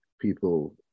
people